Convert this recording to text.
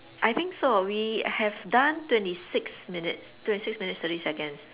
I think so we have done twenty six minutes twenty six minutes thirty seconds